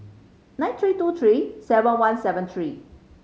nine three two three seven one seven three